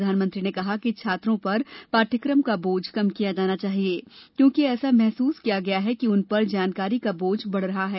प्रधानमंत्री ने कहा कि छात्रों पर पाठ्यक्रम का बोझ कम किया जाना चाहिए क्योंकि ऐसा महसूस किया गया है कि उन पर जानकारी का बोझ बढ़ रहा है